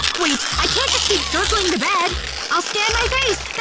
wait. i can't just keep circling the bed i'll scan